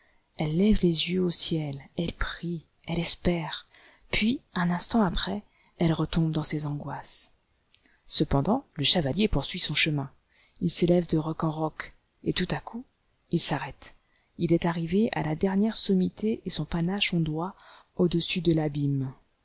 elle lève les yeux au ciel elle prie elle espère puis un instant après elle retombe dans ses angoisses cependant le chevalier poursuit son chemin il s'élève de roc en roc et tout à coup il s'arrête il est arrivé à la dernière sommité et son panache ondoie au-dessus de l'abîme